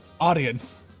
audience